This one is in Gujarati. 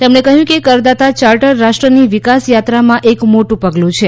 તેમણે કહ્યું કે કરદાતા ચાર્ટર રાષ્ટ્રની વિકાસ યાત્રામાં એક મોટું પગલું છે